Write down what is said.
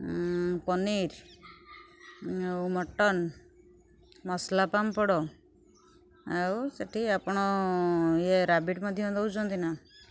ପନିର୍ ଆଉ ମଟନ୍ ମସଲା ପାମ୍ପଡ଼୍ ଆଉ ସେଠି ଆପଣ ଇଏ ରାବିଡି ମଧ୍ୟ ଦେଉଛନ୍ତି ନା